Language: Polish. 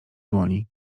dłoni